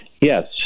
Yes